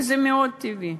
וזה מאוד טבעי.